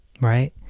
right